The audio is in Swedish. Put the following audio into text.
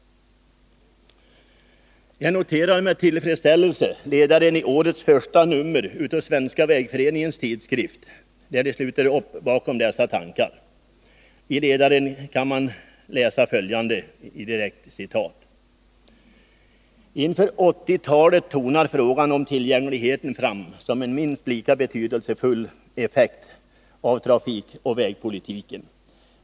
Jag noterar med tillfredsställelse att ledaren i årets första nummer av Svenska Vägföreningens Tidskrift sluter upp bakom dessa tankar. I ledaren kan man läsa följande i direkt citat: ”Inför 1980-talet tonar frågan om tillgängligheten fram som en minst lika betydelsefull effekt av trafikoch vägpolitiken.